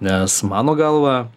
nes mano galva